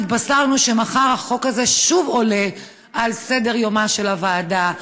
התבשרנו שמחר החוק הזה שוב עולה על סדר-יומה של הוועדה.